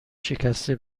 شکسته